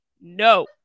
no